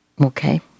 Okay